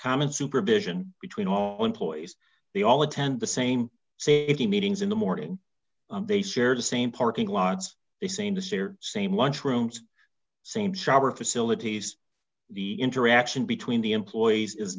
common supervision between all employees they all attend the same say if the meetings in the morning they shared the same parking lots they seem to share same lunchrooms same shower facilities the interaction between the employees is